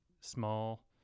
small